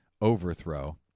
overthrow